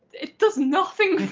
it does nothing